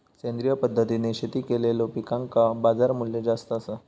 सेंद्रिय पद्धतीने शेती केलेलो पिकांका बाजारमूल्य जास्त आसा